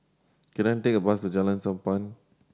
can I take a bus to Jalan Sappan